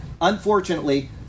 Unfortunately